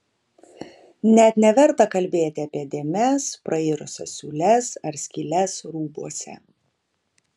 net neverta kalbėti apie dėmes prairusias siūles ar skyles rūbuose